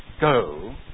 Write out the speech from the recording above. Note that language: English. go